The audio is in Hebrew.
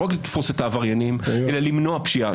לא רק לתפוס את העבריינים אלא למנוע פשיעה.